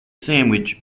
sandwich